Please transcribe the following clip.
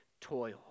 toil